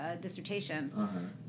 dissertation